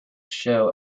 show